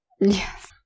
Yes